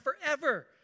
forever